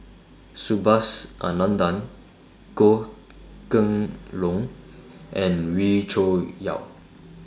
Subhas Anandan Goh Kheng Long and Wee Cho Yaw